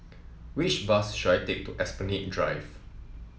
which bus should I take to Esplanade Drive